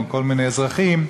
או כל מיני אזרחים,